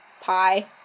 pie